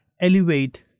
elevate